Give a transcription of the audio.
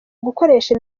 gukoresha